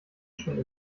schon